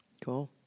Cool